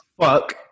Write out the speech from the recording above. Fuck